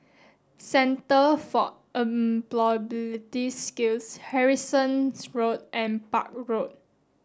centre for Employability Skills Harrison Road and Park Road